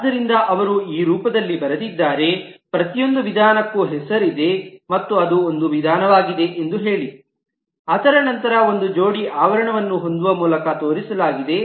ಆದ್ದರಿಂದ ಅವರು ಈ ರೂಪದಲ್ಲಿ ಬರೆದಿದ್ದಾರೆ ಪ್ರತಿಯೊಂದು ವಿಧಾನಕ್ಕೂ ಹೆಸರಿದೆ ಮತ್ತು ಅದು ಒಂದು ವಿಧಾನವಾಗಿದೆ ಎಂದು ಹೇಳಿ ಅದರ ನಂತರ ಒಂದು ಜೋಡಿ ಆವರಣವನ್ನು ಹೊಂದುವ ಮೂಲಕ ತೋರಿಸಲಾಗಿದೆ